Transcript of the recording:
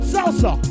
Salsa